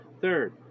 Third